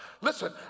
listen